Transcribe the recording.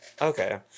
Okay